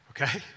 Okay